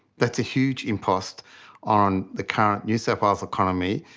that's a huge impost on the current new south wales economy,